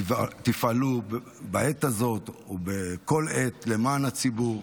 תפעלו בעת הזאת ובכל עת למען הציבור,